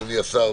אדוני השר,